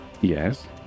Yes